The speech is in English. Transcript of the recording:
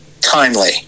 Timely